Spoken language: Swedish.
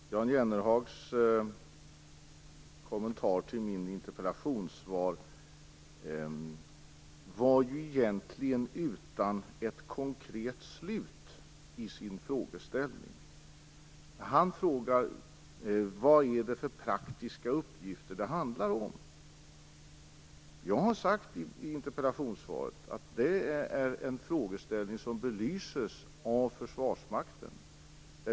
Herr talman! Jan Jennehags frågeställning i hans kommentar till mitt interpellationssvar saknade egentligen ett konkret slut. Han frågade vilka praktiska uppgifter det handlar om. Jag har i interpellationssvaret sagt att det är en fråga som belyses av Försvarsmakten.